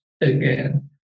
again